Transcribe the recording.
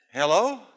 Hello